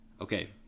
okay